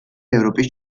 ევროპის